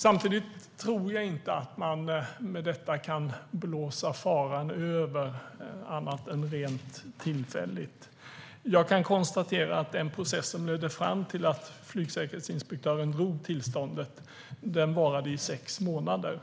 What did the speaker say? Samtidigt tror jag inte att man i och med detta kan blåsa faran över, annat än rent tillfälligt. Jag kan konstatera att den process som ledde fram till att flygsäkerhetsinspektören drog in tillståndet varade i sex månader.